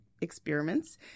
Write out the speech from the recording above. experiments